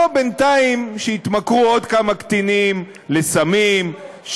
בוא בינתיים שיתמכרו עוד כמה קטינים לסמים,